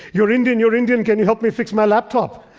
you're indian, you're indian! can you help me fix my laptop?